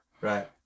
Right